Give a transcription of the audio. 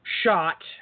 shot